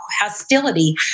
hostility